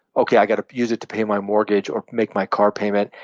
ok, i got to use it to pay my mortgage or make my car payment.